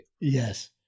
Yes